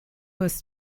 was